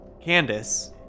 Candace